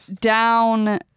down